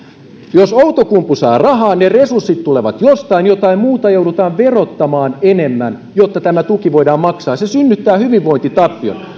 jos outokumpu saa rahaa ne resurssit tulevat jostain jotain muuta joudutaan verottamaan enemmän jotta tämä tuki voidaan maksaa ja se synnyttää hyvinvointitappiota